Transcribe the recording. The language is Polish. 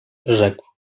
rzekł